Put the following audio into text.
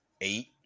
eight